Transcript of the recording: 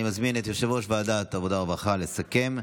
אני מזמין את יושב-ראש ועדת העבודה והרווחה לסכם,